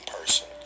person